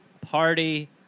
party